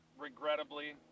regrettably